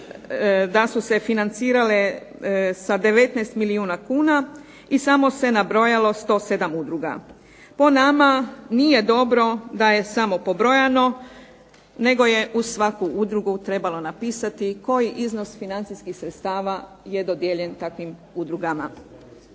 da su se financirale sa 19 milijuna kuna i samo se nabrojalo 107 udruga. Po nama nije dobro da je samo pobrojano nego je uz svaku udrugu trebalo napisati koji iznos financijskih sredstava je dodijeljen takvim udrugama.